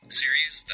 series